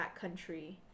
backcountry